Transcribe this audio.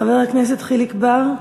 חבר הכנסת חיליק בר,